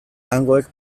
hangoek